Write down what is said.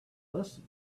listen